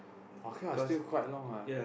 okay lah still quite long lah